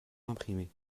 imprimés